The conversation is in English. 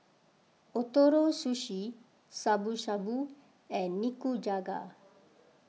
Ootoro Sushi Shabu Shabu and Nikujaga